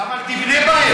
אבל תבנה בהן.